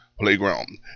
Playground